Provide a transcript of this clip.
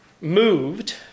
moved